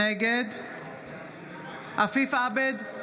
נגד עפיף עבד,